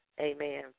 amen